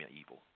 evil